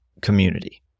community